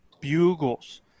bugles